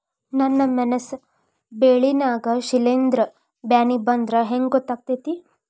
ನನ್ ಮೆಣಸ್ ಬೆಳಿ ನಾಗ ಶಿಲೇಂಧ್ರ ಬ್ಯಾನಿ ಬಂದ್ರ ಹೆಂಗ್ ಗೋತಾಗ್ತೆತಿ?